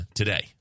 today